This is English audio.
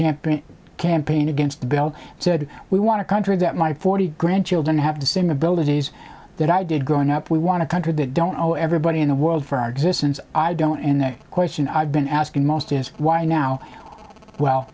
campaign campaign against the bill said we want a country that my forty grandchildren have to sim abilities that i did growing up we want to countries that don't know everybody in the world for our existence i don't and the question i've been asking most is why now well